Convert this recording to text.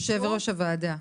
יושב-ראש הוועדה,